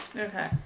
Okay